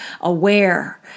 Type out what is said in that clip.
aware